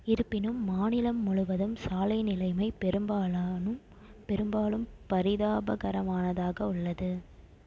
இருப்பினும் மாநிலம் முழுவதும் சாலை நிலைமை பெரும்பாலாலும் பெரும்பாலும் பரிதாபகரமானதாக உள்ளது